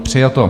Přijato.